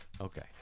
Okay